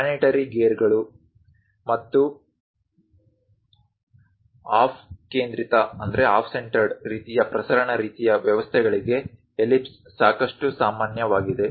planetary ಗೇರುಗಳು ಮತ್ತು off ಕೇಂದ್ರಿತ ರೀತಿಯ ಪ್ರಸರಣ ರೀತಿಯ ವ್ಯವಸ್ಥೆಗಳಿಗೆ ಎಲಿಪ್ಸ್ ಸಾಕಷ್ಟು ಸಾಮಾನ್ಯವಾಗಿದೆ